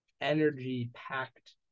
energy-packed